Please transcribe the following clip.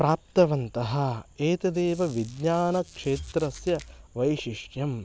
प्राप्तवन्तः एतदेव विज्ञानक्षेत्रस्य वैशिष्ट्यम्